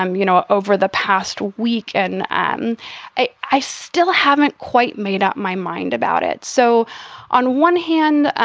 um you know, over the past week. and and i i still haven't quite made up my mind about it. so on one hand,